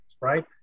right